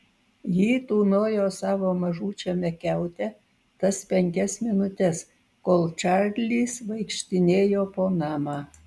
ji tūnojo savo mažučiame kiaute tas penkias minutes kol čarlis vaikštinėjo po namą